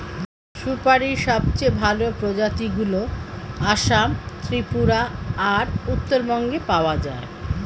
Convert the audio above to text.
সুপারীর সবচেয়ে ভালো প্রজাতিগুলো আসাম, ত্রিপুরা আর উত্তরবঙ্গে পাওয়া যায়